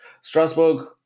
Strasbourg